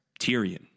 Tyrion